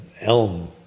elm